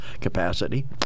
capacity